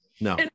no